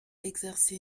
exercé